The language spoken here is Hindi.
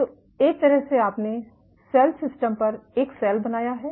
तो एक तरह से आपने सेल सिस्टम पर एक सेल बनाया है